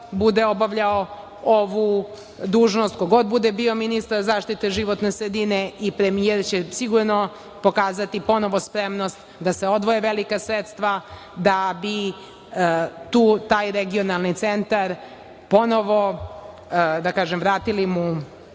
god bude obavljao ovu dužnost, ko god bude bio ministar zaštite životne sredine i premijer, sigurno će pokazati ponovo spremnost da se odvoje velika sredstva da bi tom regionalnom centru ponovo vratili